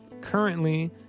currently